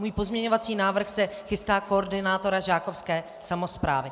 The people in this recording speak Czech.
Můj pozměňovací návrh se týká koordinátora žákovské samosprávy.